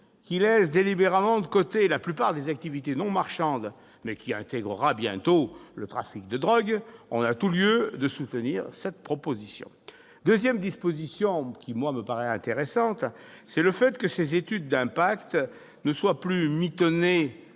qui laisse délibérément de côté la plupart des activités non marchandes, mais qui intégrera bientôt le trafic de drogue, on a tout lieu de soutenir cette proposition ! La seconde disposition intéressante à mes yeux tendait à ce que ces études d'impact ne soient plus « mitonnées